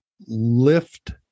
lift